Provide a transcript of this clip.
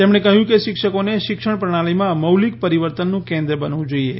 તેમણે કહ્યું કે શિક્ષકોને શિક્ષણ પ્રણાલીમાં મૌલિક પરિવર્તનનું કેન્દ્ર બનવું જોઇએ